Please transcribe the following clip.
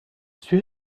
suis